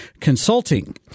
Consulting